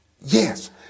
yes